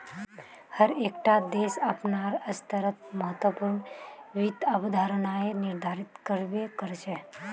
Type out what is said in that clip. हर एक टा देश अपनार स्तरोंत महत्वपूर्ण वित्त अवधारणाएं निर्धारित कर बे करछे